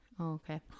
Okay